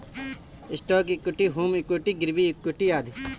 stock equity, home equity, गिरवी equity आदि